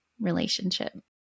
relationship